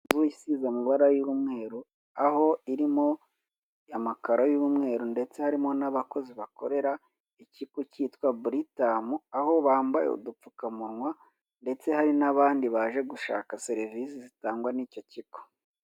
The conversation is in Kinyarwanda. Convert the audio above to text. Inzu mberabyombi ubona ko irimo abantu benshi higanjemo abantu bakuze ndetse n'urubyiruko, ariko hakaba harimo n'abayobozi, ukaba ureba ko bose bateze amatwi umuntu uri kubaha ikiganiro kandi, buri wese imbere ye hakaba hari icupa ry'amazi. Hakaba harimo n'umuntu uhagaze inyuma wambaye impuzankano y'umukara.